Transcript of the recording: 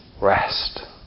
rest